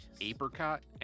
apricot